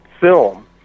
film